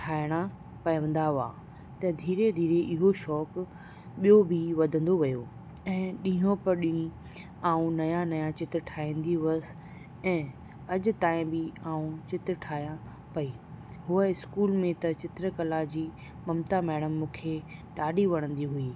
ठाहिणा पवंदा हुआ त धीरे धीरे इहो शौक़ु ॿियो बि वधंदो वियो ऐं ॾींहों को ॾींहुं आउं नवां नवां चित्र ठाहींदी हुअसि ऐं अॼु ताईं बि आउं चित्र ठाहियां पेई हूअं इस्कूल में त चित्र कला जी ममता मैडम मूंखे ॾाढी वणंदी हुई